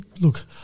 Look